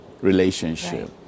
relationship